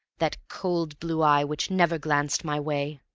that cold blue eye which never glanced my way.